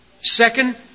Second